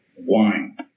wine